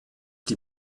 die